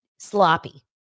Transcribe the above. sloppy